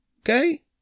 Okay